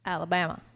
Alabama